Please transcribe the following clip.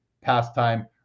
pastime